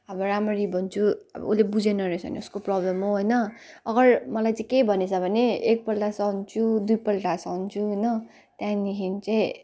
अब राम्ररी भन्छु अब उसले बुझेन रहेछ भने उसको प्रब्लम हो होइन अगर मलाई चाहिँ केही भनेछ भने एकपल्ट सहन्छु दुईपल्ट सहन्छु होइन त्यहाँदेखि चाहिँ